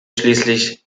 schließlich